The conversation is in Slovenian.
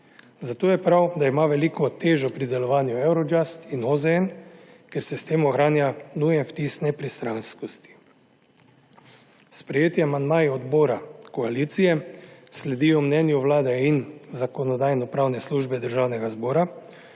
Zato je prav, da imata veliko težo pri delovanju Eurojust in OZN, ker se s tem ohranja nujen vtis nepristranskosti. Sprejeti amandmaji odbora koalicije sledijo mnenju Vlade in Zakonodajno-pravne službe Državnega zbora,